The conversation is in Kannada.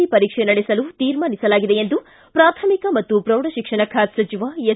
ಸಿ ಪರೀಕ್ಷೆ ನಡೆಸಲು ತೀರ್ಮಾನಿಸಲಾಗಿದೆ ಎಂದು ಪ್ರಾಥಮಿಕ ಮತ್ತು ಪ್ರೌಢಶಿಕ್ಷಣ ಖಾತೆ ಸಚಿವ ಎಸ್